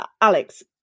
alex